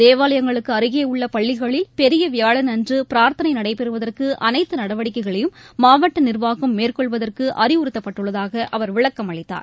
தேவாலயங்களுக்குஅருகேஉள்ளபள்ளிகளில் பெரியவியாழனன்றுபிரார்த்தனைநடைபெறுவதற்குஅனைத்துநடவடிக்கைகளையும் மாவட்டநிர்வாகம் மேற்கொள்வதற்குஅறிவுறுத்தப்பட்டுள்ளதாகஅவர் விளக்கம் அளித்தார்